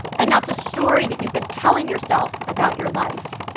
and not the story that you've been telling yourself about your life.